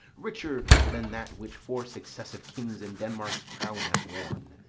richer than that which four successive kings in denmark's crown have worn.